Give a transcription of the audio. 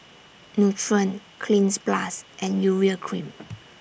Nutren Cleanz Plus and Urea Cream